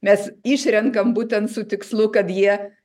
mes išrenkam būtent su tikslu kad jie